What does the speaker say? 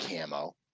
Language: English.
camo